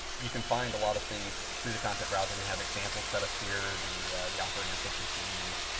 you can find a lot of things through the content browser. we have examples set up here, the the operands that you should use.